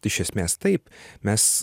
iš esmės taip mes